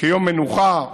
כיום מנוחה.